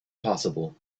possible